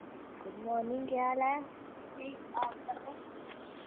good morning केह् हाल ऐ